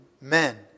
men